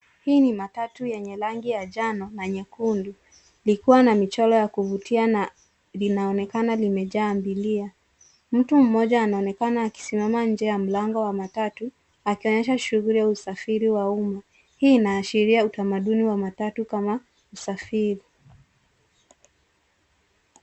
Hii ni matatu yenye rangi ya njano na nyekundu, likiwa na michoro ya kuvutia na linaonekana limejaa abiria. Mtu mmoja anaonekana akisamama nje ya mlango wa matatu, akionyesha shughuli ya usafiri wa umma. Hii inaashiria utamaduni wa matatu kama usafiri.